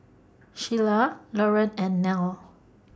Shelia Lorene and Nell